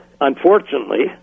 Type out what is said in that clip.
Unfortunately